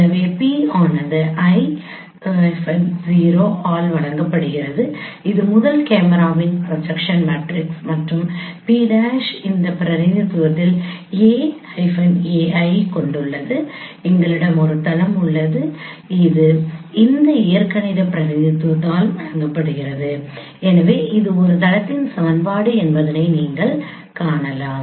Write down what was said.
எனவே P ஆனது I | 0 ஆல் வழங்கப்படுகிறது இது முதல் கேமராவிற்கான ப்ரொஜெக்ஷன் மேட்ரிக்ஸ் மற்றும் P' இந்த பிரதிநிதித்துவத்தில் A | a ஐ கொண்டுள்ளது எங்களிடம் ஒரு தளம் உள்ளது இது இந்த இயற்கணித பிரதிநிதித்துவத்தால் வழங்கப்படுகிறது ஏனெனில் இது ஒரு தளத்தின் சமன்பாடு என்பதை நீங்கள் காணலாம்